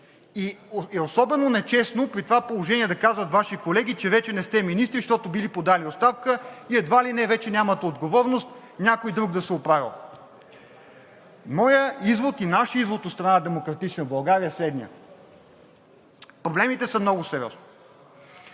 и особено нечестно е при това положение да казват Ваши колеги, че вече не сте министри, защото сте били подали оставка и едва ли не вече нямате отговорност, някой друг да се оправял. Моят извод, и нашият извод от страна на „Демократична България“, е следният: проблемите са много сериозни,